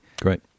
Great